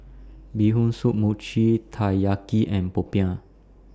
Bee Hoon Soup Mochi Taiyaki and Popiah